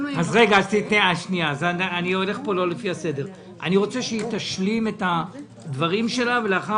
אני רוצה שהיא תשלים את הדברים שלה ולאחר